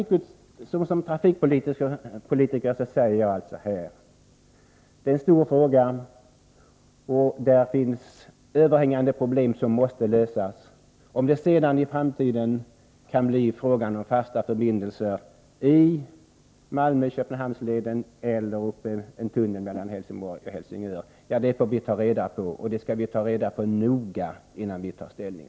Som trafikpolitiker säger jag alltså: Detta är en stor fråga, och där finns problem av överhängande art som måste lösas. Huruvida det i framtiden kan bli fråga om fasta förbindelser via Malmö-Köpenhamns-leden och/eller en tunnel mellan Helsingborg och Helsingör får vi noga undersöka, innan vi tar ställning.